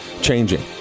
changing